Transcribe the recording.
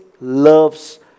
loves